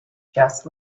just